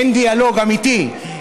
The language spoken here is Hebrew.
אין דיאלוג אמיתי.